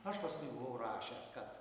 aš paskui buvau rašęs kad